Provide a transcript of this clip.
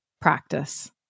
practice